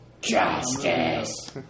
Justice